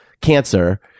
cancer